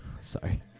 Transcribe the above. Sorry